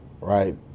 right